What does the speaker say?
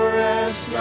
rest